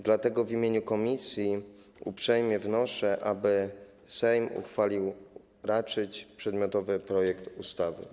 Dlatego w imieniu komisji uprzejmie wnoszę, aby Sejm uchwalić raczył przedmiotowy projekt ustawy.